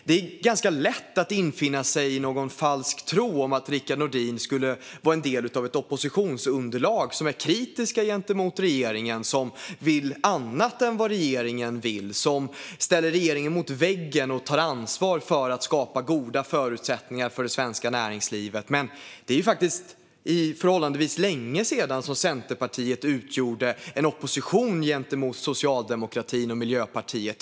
Det är ganska lätt att invagga sig i tron att Rickard Nordin är del av ett oppositionsunderlag som är kritiskt gentemot regeringen, som vill något annat än det regeringen vill, som ställer regeringen mot väggen och som tar ansvar för att skapa goda förutsättningar för det svenska näringslivet. Det är dock förhållandevis länge sedan som Centerpartiet utgjorde en opposition mot Socialdemokraterna och Miljöpartiet.